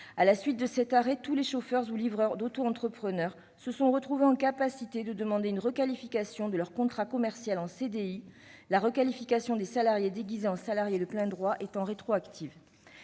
À la suite de cet arrêt, tous les chauffeurs ou livreurs auto-entrepreneurs se sont trouvés en mesure de demander une requalification de leur contrat commercial en CDI, la requalification des salariés déguisés en salariés de plein droit étant rétroactive.